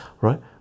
right